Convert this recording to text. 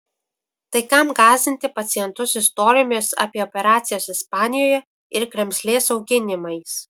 tai kam gąsdinti pacientus istorijomis apie operacijas ispanijoje ir kremzlės auginimais